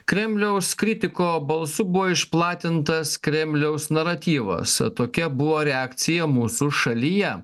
kremliaus kritiko balsu buvo išplatintas kremliaus naratyvas tokia buvo reakcija mūsų šalyje